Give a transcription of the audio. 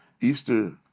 Easter